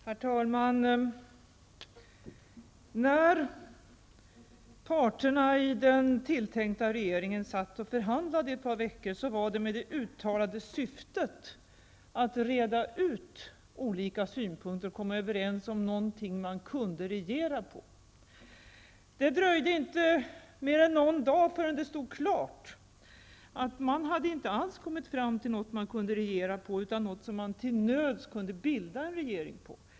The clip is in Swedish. Herr talman! När parterna i den tilltänkta regeringen satt och förhandlade under ett par veckor var det med det uttalade syftet att reda ut olika synpunkter och komma överens om något som man kunde regera utifrån. Det dröjde inte mer än någon dag förrän det stod klart att man inte alls hade kommit fram till något som man kunde regera utifrån, utan bara något som man till nöds kunde bilda regering utifrån.